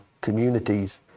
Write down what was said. communities